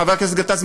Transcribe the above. חבר הכנסת גטאס,